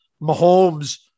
Mahomes